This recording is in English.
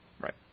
Right